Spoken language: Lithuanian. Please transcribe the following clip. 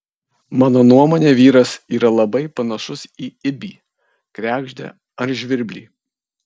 mano nuomone vyras yra labai panašus į ibį kregždę ar žvirblį